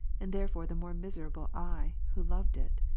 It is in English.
and therefore the more miserable i, who loved it.